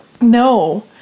no